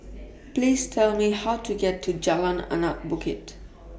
Please Tell Me How to get to Jalan Anak Bukit